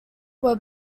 were